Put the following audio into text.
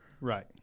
Right